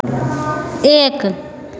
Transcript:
एक